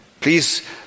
Please